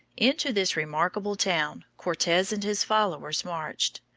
into this remarkable town cortes and his followers marched.